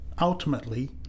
ultimately